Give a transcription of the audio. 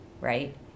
right